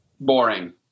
Boring